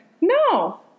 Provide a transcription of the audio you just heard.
No